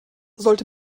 sollte